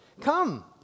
Come